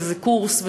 זה קורס,